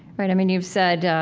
right? i mean, you've said, ah,